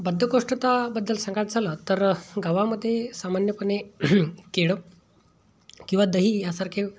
बद्धकोष्ठताबद्दल सांगायचं झालं तर गावामध्ये सामान्यपणे केळं किंवा दही यासारखे